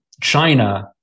China